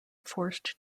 forced